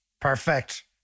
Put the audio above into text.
Perfect